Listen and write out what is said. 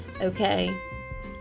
Okay